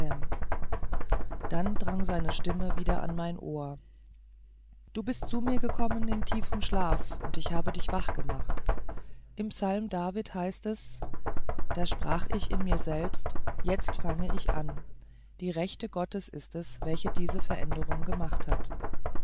dann drang seine stimme wieder klar an mein ohr du bist zu mir gekommen in tiefem schlaf und ich habe dich wach gemacht im psalm david heißt es da sprach ich in mir selbst jetzt fange ich an die rechte gottes ist es welche diese veränderung gemacht hat